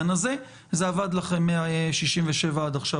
במיוחד לאור העובדה שנוצלו פחות מ-10% עד היום.